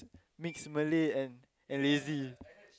mix Malay and and lazy